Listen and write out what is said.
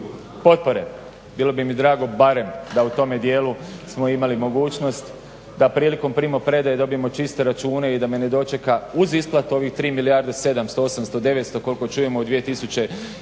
potpore. Bilo bi mi drago barem da u tome dijelu smo imali mogućnost da prilikom primopredaje dobijemo čiste račune i da me ne dočeka uz isplatu ovih 3 milijarde 700, 800, 900 koliko čujem u 2011.